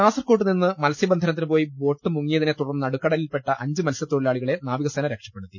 കാസർക്കോട്ടുനിന്ന് മത്സൃബന്ധനത്തിനുപോയി ബോട്ട് മുങ്ങിയതിനെ തുടർന്ന് നടുക്കടലിൽപെട്ട അഞ്ച് മത്സൃത്തൊഴിലാളികളെ നാവികസേന രക്ഷപ്പെടുത്തി